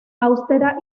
austera